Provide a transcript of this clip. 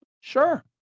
Sure